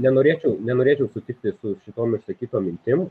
nenorėčiau nenorėčiau sutikti su šitom išsakytom mintim